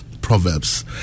proverbs